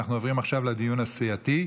אנחנו עוברים עכשיו לדיון הסיעתי.